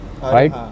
Right